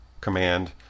command